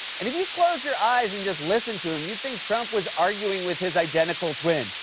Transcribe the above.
and if you closed your eyes and just listened to him, you'd think trump was arguing with his identical twin.